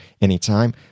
anytime